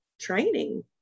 training